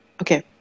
Okay